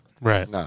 Right